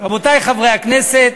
רבותי חברי הכנסת,